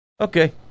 Okay